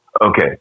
okay